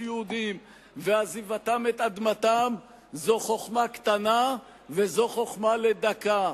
יהודים ועזיבתם את אדמתם זו חוכמה קטנה וזו חוכמה לדקה,